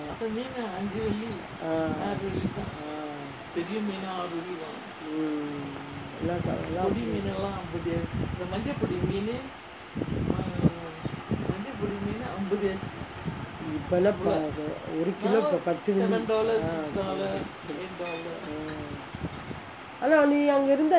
ah mm இப்போ லாம் ஒரு:ippo laam oru kilogram பத்து வெள்ளி அதா நீ அங்கே இருந்தா:pathu velli athaa nee anggae irunthaa